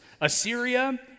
Assyria